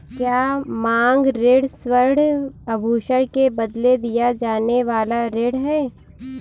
क्या मांग ऋण स्वर्ण आभूषण के बदले दिया जाने वाला ऋण है?